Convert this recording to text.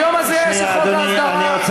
היום הזה, של